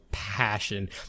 passion